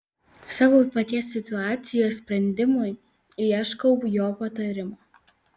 savo paties situacijos sprendimui ieškau jo patarimo